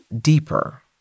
deeper